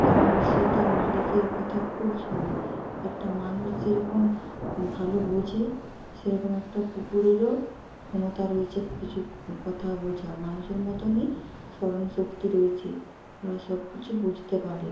কারণ সে তার মালিকের কথা খুব শোনে একটা মানুষ যেরকম ভালো বোঝে সেরকম একটা কুকুরেরও ক্ষমতা রয়েছে কিছু ক কথা বোঝার মানুষের মতোনই স্মরণশক্তি রয়েছে ওরা সব কিছু বুঝতে পারে